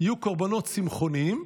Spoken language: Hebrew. יהיו קורבנות צמחוניים.